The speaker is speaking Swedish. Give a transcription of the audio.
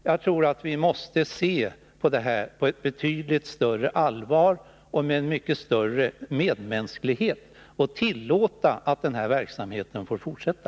Jag tror att vi måste se på detta med betydligt större allvar och med mycket större medmänsklighet och tillåta att denna verksamhet får fortsätta.